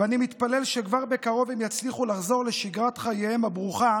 ואני מתפלל שכבר בקרוב הם יצליחו לחזור לשגרת חייהם הברוכה